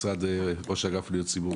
ראש אגף פניות הציבור.